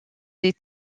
des